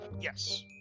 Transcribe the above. yes